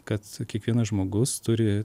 kad kiekvienas žmogus turi